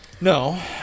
No